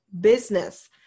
business